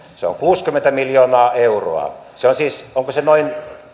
se on kuusikymmentä miljoonaa euroa onko se noin